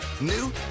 New